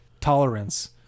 tolerance